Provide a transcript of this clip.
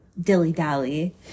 dilly-dally